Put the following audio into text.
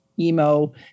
emo